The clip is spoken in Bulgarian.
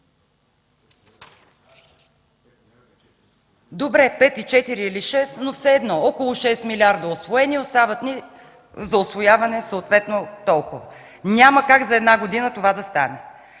Добре, 5,4 или 6 – все едно. Около 6 милиарда усвоени, остават ни за усвояване съответно толкова. Няма как за една година това да стане.